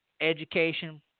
education